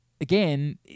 again